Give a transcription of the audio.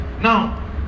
now